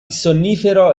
sonnifero